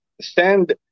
send